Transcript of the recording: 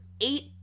eight